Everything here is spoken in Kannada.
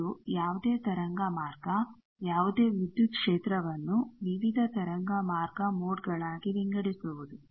ಇದು ಯಾವುದೇ ತರಂಗ ಮಾರ್ಗ ಯಾವುದೇ ವಿದ್ಯುತ್ ಕ್ಷೇತ್ರವನ್ನು ವಿವಿಧ ತರಂಗ ಮಾರ್ಗ ಮೋಡ್ ಗಳಾಗಿ ವಿಂಗಡಿಸುವುದು